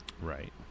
right